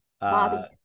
Bobby